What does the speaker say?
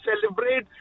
celebrate